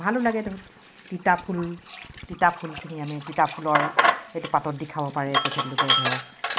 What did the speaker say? ভালো লাগে ধৰক তিতাফুল তিতা ফুলখিনি আমি তিতা ফুলৰ সেইটো পাতত দি খাব পাৰে তেখেতলোকে ধৰক